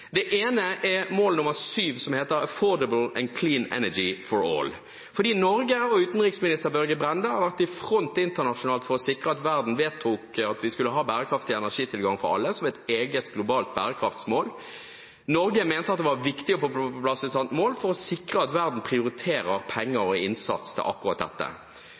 Det ene er mål nr. 7, «Affordable and clean energy», fordi Norge og utenriksminister Børge Brende har vært i front internasjonalt for å sikre at verden vedtok at vi skulle ha bærekraftig energitilgang for alle som et eget globalt bærekraftsmål. Norge mente at det var viktig å få på plass et sånt mål for å sikre at verden prioriterer penger og innsats til akkurat dette.